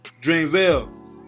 Dreamville